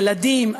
ילדים,